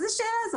איזו שאלה זאת?